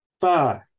five